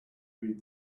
read